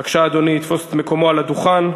בבקשה, אדוני יתפוס את מקומו על הדוכן.